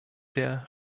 der